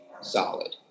solid